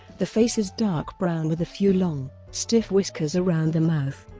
the face is dark brown with a few long, stiff whiskers around the mouth.